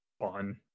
fun